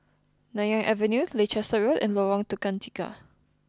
Nanyang Avenue Leicester Road and Lorong Tukang Tiga